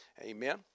amen